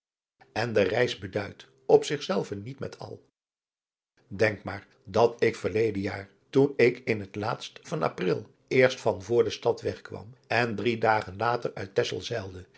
en de reis beduidt op zich zelve niet met al denk maar dat ik verleden jaar toen ik in het laatst van april eerst van voor de stad weg kwam en drie dagen later uit texel zeilde